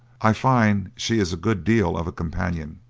i find she is a good deal of a companion.